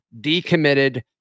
decommitted